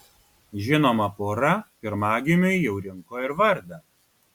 žinoma pora pirmagimiui jau rinko ir vardą